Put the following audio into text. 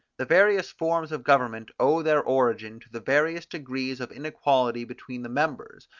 the various forms of government owe their origin to the various degrees of inequality between the members,